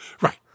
Right